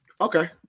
Okay